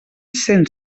cent